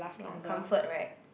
yeah comfort right